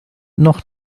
noch